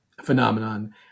phenomenon